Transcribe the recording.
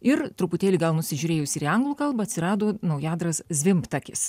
ir truputėlį gal nusižiūrėjus ir į anglų kalbą atsirado naujadaras zvimtakis